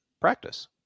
practice